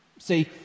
See